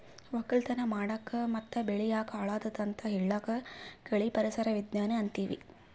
ವಕ್ಕಲತನ್ ಮಾಡಕ್ ಮತ್ತ್ ಬೆಳಿ ಯಾಕ್ ಹಾಳಾದತ್ ಅಂತ್ ಹೇಳಾಕ್ ಕಳಿ ಪರಿಸರ್ ವಿಜ್ಞಾನ್ ಅಂತೀವಿ